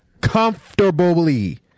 comfortably